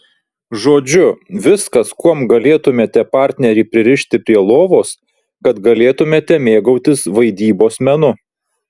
žodžiu viskas kuom galėtumėte partnerį pririšti prie lovos kad galėtumėte mėgautis vaidybos menu